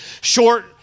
short